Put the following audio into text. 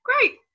great